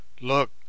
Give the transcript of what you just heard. Look